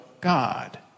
God